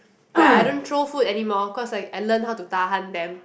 like I don't throw food anymore cause like I learn how to tahan them